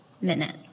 minute